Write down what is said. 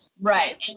right